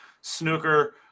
snooker